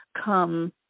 come